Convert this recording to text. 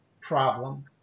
problem